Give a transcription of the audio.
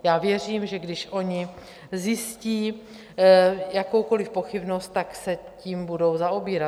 Já věřím, že když oni zjistí jakoukoliv pochybnost, tak se tím budou zaobírat.